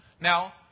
Now